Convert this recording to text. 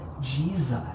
Jesus